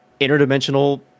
interdimensional